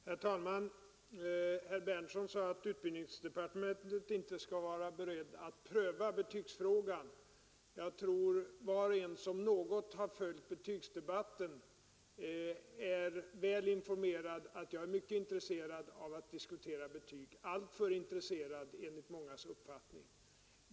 Herr talman! Herr Berndtson i Linköping sade att utbildningsdepartementet inte skulle vara berett att pröva betygsfrågan. Jag tror att var och en som något har följt betygsdebatten är väl informerad om att jag är mycket intresserad av att diskutera betyg, alltför intresserad enligt mångas uppfattning.